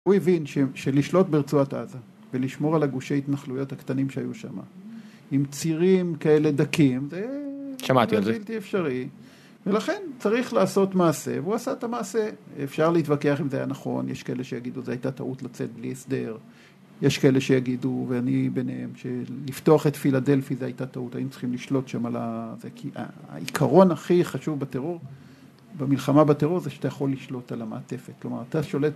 הוא הבין של לשלוט ברצועת עזה ולשמור על הגושי התנחלויות הקטנים שהיו שמה עם צירים כאלה דקים, זה באמת בלתי אפשרי ולכן צריך לעשות מעשה, והוא עשה את המעשה אפשר להתווכח אם זה היה נכון, יש כאלה שיגידו זה הייתה טעות לצאת בלי הסדר יש כאלה שיגידו ואני ביניהם, לפתוח את פילדלפי זה הייתה טעות, האם צריכים לשלוט שם על ה... העיקרון הכי חשוב בטרור, במלחמה בטרור זה שאתה יכול לשלוט על המעטפת כלומר אתה שולט...